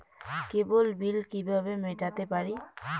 কেবল bill কিভাবে মেটাতে পারি?